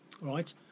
right